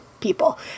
people